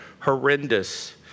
horrendous